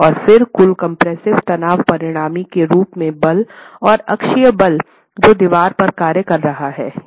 और फिर कुल कम्प्रेस्सिव तनाव परिणामी के रूप में बल और अक्षीय बल जो दीवार पर कार्य कर रहा है